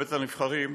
בבית הנבחרים,